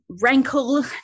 rankle